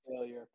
Failure